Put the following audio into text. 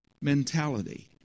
mentality